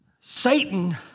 Satan